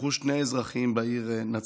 נרצחו שני אזרחים בעיר נצרת.